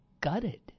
gutted